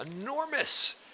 Enormous